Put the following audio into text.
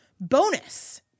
Bonus